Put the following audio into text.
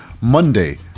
Monday